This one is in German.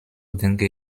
denke